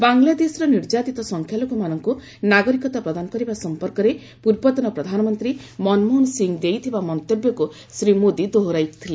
ବାଂଲାଦେଶର ନିର୍ଯାତିତ ସଂଖ୍ୟାଲଘୁମାନଙ୍କୁ ନାଗରିକତା ପ୍ରଦାନ କରିବା ସମ୍ପର୍କରେ ପୂର୍ବତନ ପ୍ରଧାନମନ୍ତ୍ରୀ ମନମୋହନ ସିଂହ ଦେଇଥିବା ମନ୍ତବ୍ୟକୁ ଶ୍ରୀ ମୋଦି ଦୋହରାଇଥିଲେ